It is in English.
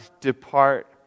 depart